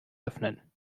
öffnen